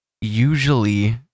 usually